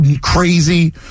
crazy